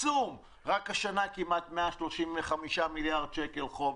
רק השנה כמעט 135 מיליארד שקל חוב,